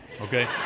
okay